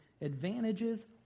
advantages